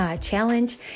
challenge